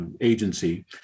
agency